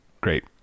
Great